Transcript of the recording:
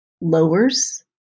lowers